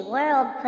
World